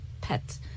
pet